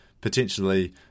potentially